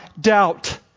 doubt